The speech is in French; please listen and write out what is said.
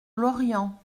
lorient